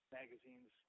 magazines